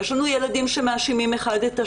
יש לנו ילדים שמאשימים זה את זה.